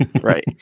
right